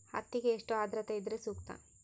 ಹತ್ತಿಗೆ ಎಷ್ಟು ಆದ್ರತೆ ಇದ್ರೆ ಸೂಕ್ತ?